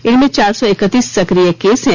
इनमें चार सौ एकतीस सक्रिय केस हैं